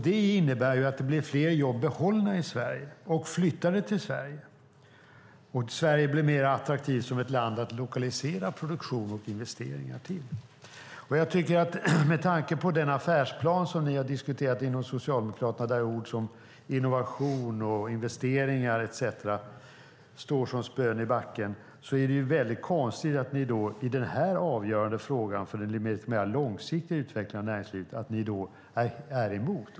Det innebär att det behålls fler jobb i Sverige och flyttas fler jobb till Sverige. Det innebär att Sverige blir attraktivare som ett land att lokalisera produktion och investeringar till. Med tanke på den affärsplan som ni har diskuterat inom Socialdemokraterna, där ord som "innovation", "investeringar" etcetera står som spön i backen, är det konstigt att ni i denna för den lite mer långsiktiga utvecklingen av näringslivet avgörande fråga är emot.